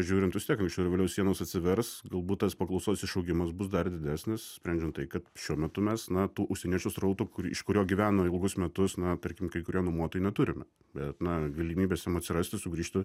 žiūrint vis tiek anksčiau ar vėliau sienos atsivers galbūt tas paklausos išaugimas bus dar didesnis sprendžiant tai kad šiuo metu mes na tų užsieniečių srautų kurį iš kurio gyveno ilgus metus na tarkim kai kurie nuomotojai neturime bet na galimybės jiem atsirasti sugrįžtų